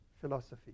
philosophy